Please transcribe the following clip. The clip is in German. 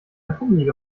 pummelige